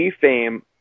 fame